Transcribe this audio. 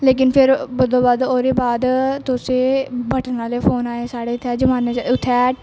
लेकिन फिर बद्धो बद्ध ओहदे बाद तुसें बटन आहले फोन आए साढ़े इत्थे जमाने उत्थै